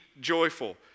joyful